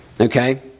Okay